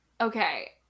Okay